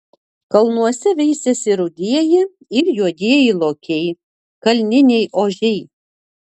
kalnuose veisiasi rudieji ir juodieji lokiai kalniniai ožiai